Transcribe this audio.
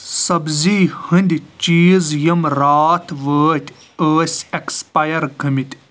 سبزی ہٕنٛدۍ چیٖز یِم راتھ وٲتۍ ٲسۍ ایٚکسپایر گٔمٕتۍ